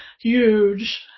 huge